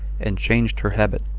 and changed her habit,